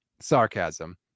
sarcasm